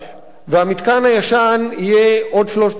והמתקן הישן יהיה עוד 3,000,